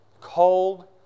cold